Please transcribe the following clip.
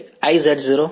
તેથી તે VaI સાચો છે